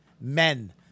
Men